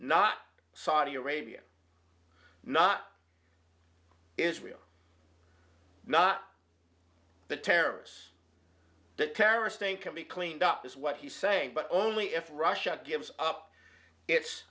not saudi arabia not israel not the terrorists that terrorist thing can be cleaned up is what he's saying but only if russia gives up it